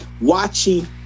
watching